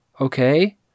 Okay